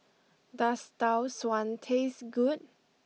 does Tau Suan taste good